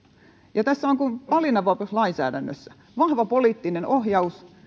ja tässä on kuin valinnanvapauslainsäädännössä vahva poliittinen ohjaus